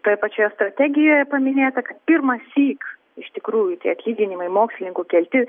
toj pačioje strategijoje paminėta kad pirmąsyk iš tikrųjų tie atlyginimai mokslininkų kelti